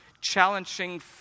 challenging